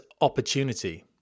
opportunity